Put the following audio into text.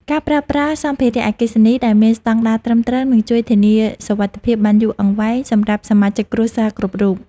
ការប្រើប្រាស់សម្ភារៈអគ្គិសនីដែលមានស្តង់ដារត្រឹមត្រូវនឹងជួយធានាសុវត្ថិភាពបានយូរអង្វែងសម្រាប់សមាជិកគ្រួសារគ្រប់រូប។